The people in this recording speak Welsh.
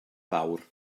fawr